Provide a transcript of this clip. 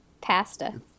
Pasta